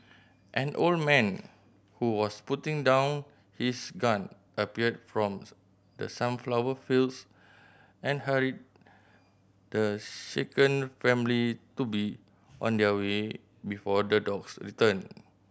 an old man who was putting down his gun appeared from the sunflower fields and hurried the shaken family to be on their way before the dogs return